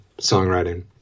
songwriting